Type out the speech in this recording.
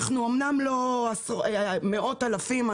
אנחנו אומנם לא מאות אלפים,